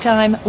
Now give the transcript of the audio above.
Time